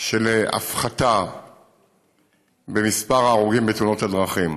של הפחתה במספר ההרוגים בתאונות הדרכים.